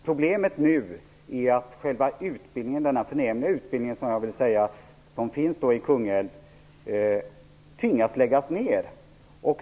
Problemet är nu att denna förnämliga utbildning i Kungälv tvingas läggas ned.